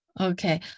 Okay